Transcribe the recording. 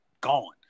gone